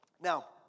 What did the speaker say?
Now